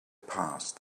passed